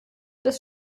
des